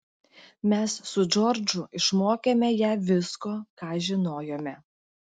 mes su džordžu išmokėme ją visko ką žinojome